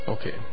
Okay